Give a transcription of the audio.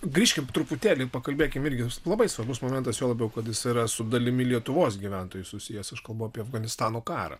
grįžkim truputėlį pakalbėkim irgi labai svarbus momentas juo labiau kad jis yra su dalimi lietuvos gyventojų susijęs aš kalbu apie afganistano karą